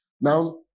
Now